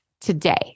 today